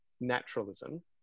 naturalism